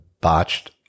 botched